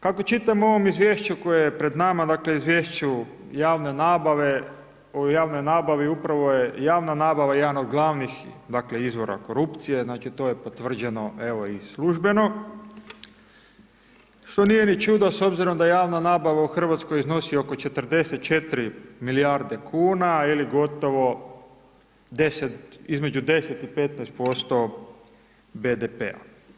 Kako čitam u ovom izvješću koje je pred nama, dakle Izvješću javne nabave, o javnoj nabavi, upravo je javna nabava jedan od glavnih dakle izvora korupcije, znači to je potvrđeno evo i službeno što nije ni čudo s obzirom da javna nabava u Hrvatskoj iznosi oko 44 milijarde kuna ili gotovo, između 10 i 15% BDP-a.